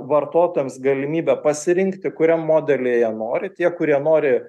vartotojams galimybę pasirinkti kuriam modely jie nori tie kurie nori